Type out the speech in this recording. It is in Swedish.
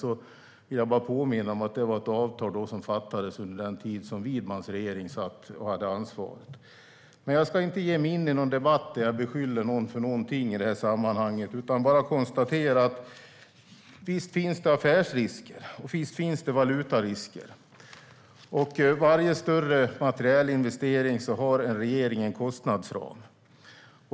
Jag vill bara påminna om att det var ett avtal som ingicks under den tid som Widmans regering hade ansvaret. Men jag ska inte ge mig in i någon debatt där jag beskyller någon för någonting. Jag konstaterar bara att det finns affärsrisker och valutarisker. Vid varje större materielinvestering har varje regering en kostnadsram.